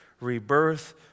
rebirth